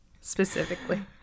specifically